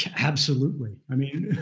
absolutely. i mean,